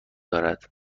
دارد